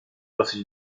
dosyć